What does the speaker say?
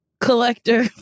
collector